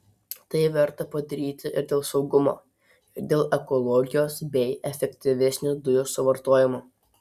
tai verta padaryti ir dėl saugumo ir dėl ekologijos bei efektyvesnio dujų suvartojimo